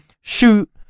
shoot